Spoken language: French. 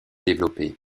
développer